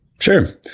Sure